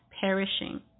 perishing